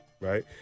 Right